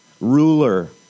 Ruler